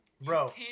Bro